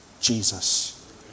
Jesus